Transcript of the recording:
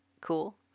cool